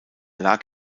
lag